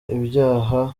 ibyaha